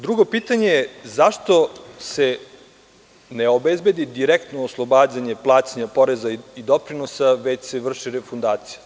Drugo pitanje – zašto se ne obezbedi direktno oslobađanje plaćanja poreza i doprinosa, već se vrši refundacija?